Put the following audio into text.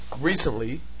recently